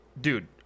dude